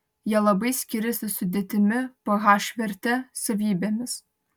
jie labai skiriasi sudėtimi ph verte savybėmis